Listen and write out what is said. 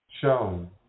shown